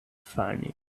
funny